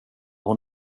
hon